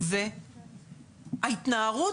והרבה